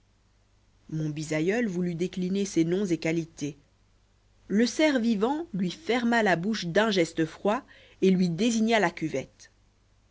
mon bisaïeul voulut décliner ses noms et qualités le cerf vivant lui ferma la bouche d'un geste froid et lui désigna la cuvette